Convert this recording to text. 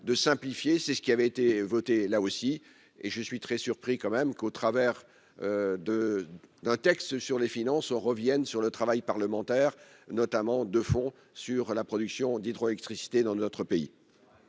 de simplifier, c'est ce qui avait été voté là aussi et je suis très surpris quand même qu'au travers de d'un texte sur les finances revienne sur le travail parlementaire notamment de fond sur la production d'hydroélectricité dans notre pays.